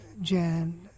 Jan